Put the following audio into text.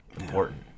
important